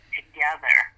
together